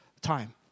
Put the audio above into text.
time